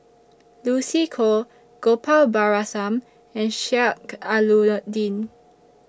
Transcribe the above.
Lucy Koh Gopal Baratham and Sheik Alau'ddin